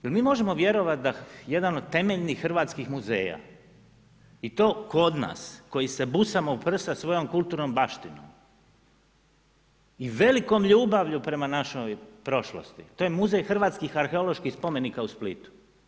Jel' mi možemo vjerovati da jedan od temeljnih hrvatskih muzeja i to kod nas koji se busamo u prsa svojom kulturnom baštinom i velikom ljubavlju prema našoj prošloj, to je Muzej hrvatskih arheoloških spomenika u Splitu.